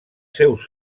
seus